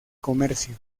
comercio